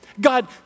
God